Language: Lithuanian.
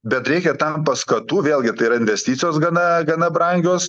bet reikia tam paskatų vėlgi tai yra investicijos gana gana brangios